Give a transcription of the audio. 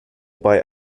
bei